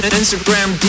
Instagram